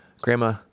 grandma